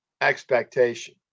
expectation